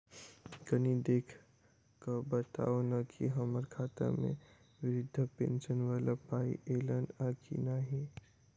कनि देख कऽ बताऊ न की हम्मर खाता मे वृद्धा पेंशन वला पाई ऐलई आ की नहि?